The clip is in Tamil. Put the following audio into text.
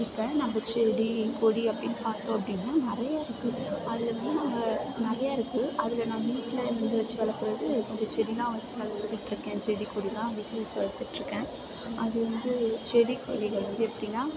இப்போ நம்ம செடி கொடி அப்படின்னு பார்த்தோம் அப்படின்னா நிறையா இருக்குது அது வந்து நம்ம நிறையா இருக்குது அதில் நம்ம வீட்டிலேருந்து வச்சு வளர்க்குறது கொஞ்சம் செடிதான் வச்சு வளர்த்துட்டு இருக்கேன் செடி கொடிதான் வீட்டிலே வச்சு வளர்த்துட்டு இருக்கேன் அது வந்து செடி கொடிகள் வந்து எப்படின்னா